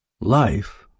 Life